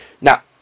Now